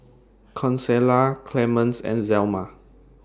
Consuela Clemence and Zelma